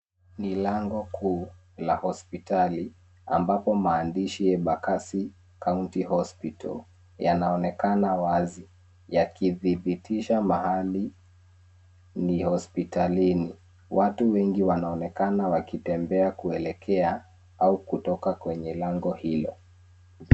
Ni lango kuu la hospitali, ambapo maandishi , Embakasi County Hospital, yanaonekana wazi, yakidhibitisha mahali ni hospitalini. Watu wengi wanaonekana wakitembea kuelekea au kutoka kwenye lango hilo.